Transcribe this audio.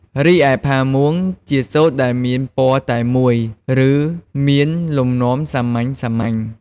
រីឯ ផាមួង ជាសូត្រដែលមានពណ៌តែមួយ ឬមានលំនាំសាមញ្ញៗ។